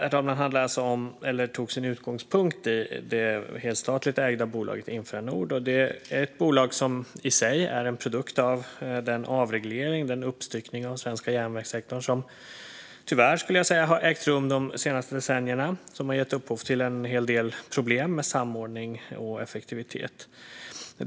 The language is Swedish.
Min fråga handlade alltså om, eller tog sin utgångspunkt i, det helstatligt ägda bolaget Infranord. Det är ett bolag som i sig är en produkt av den avreglering och uppstyckning av den svenska järnvägssektorn som - tyvärr, skulle jag säga - har ägt rum de senaste decennierna och som har gett upphov till en hel del problem med samordning och effektivitet.